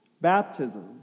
Baptism